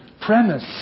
premise